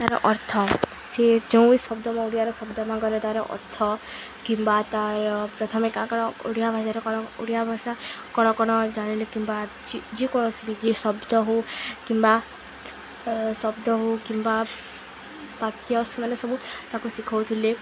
ତାର ଅର୍ଥ ସେଏ ଯେଉଁ ଶବ୍ଦ ଓଡ଼ିଆର ଶବ୍ଦ ମାଗଲେ ତାର ଅର୍ଥ କିମ୍ବା ତାର ପ୍ରଥମେ କାଣ କାଣ ଓଡ଼ିଆ ଭାଷାରେ କଣ ଓଡ଼ିଆ ଭାଷା କଣ କଣ ଜାଣିଲେ କିମ୍ବା ଯେକୌଣସି ବି ଶବ୍ଦ ହଉ କିମ୍ବା ଶବ୍ଦ ହଉ କିମ୍ବା ବାକ୍ୟ ସେମାନେ ସବୁ ତାକୁ ଶିଖଉଥିଲେ